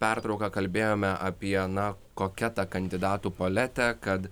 pertrauką kalbėjome apie na kokia ta kandidatų paletė kad